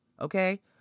okay